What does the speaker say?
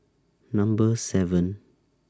Number seven